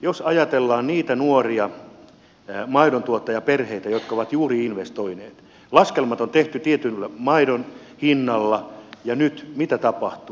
jos ajatellaan niitä nuoria maidontuottajaperheitä jotka ovat juuri investoineet laskelmat on tehty tietyllä maidon hinnalla niin mitä nyt tapahtuu